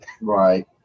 Right